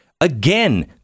Again